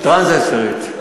טרנסג'סטרית.